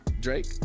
Drake